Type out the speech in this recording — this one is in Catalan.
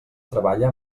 treballa